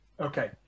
Okay